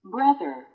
Brother